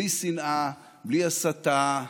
בלי שנאה, בלי הסתה.